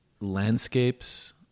landscapes